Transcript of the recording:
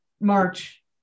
March